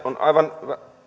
on aivan